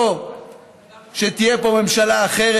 או שתהיה פה ממשלה אחרת,